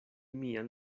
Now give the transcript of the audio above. mian